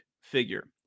figure